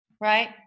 Right